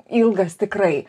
ilgas tikrai